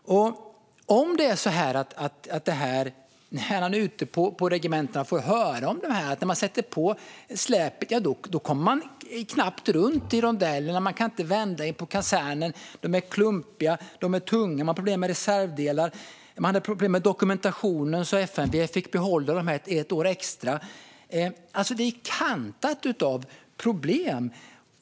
Får statsrådet när han är ute på regementena höra att man när man sätter på släpet knappt kommer runt i rondeller och inte kan vända på kasernen, att fordonen är klumpiga och tunga och att man har problem med reservdelar och med dokumentationen så att FMV fick behålla dem ett år extra? Detta är kantat av problem.